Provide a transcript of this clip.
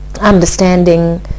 understanding